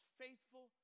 faithful